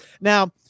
Now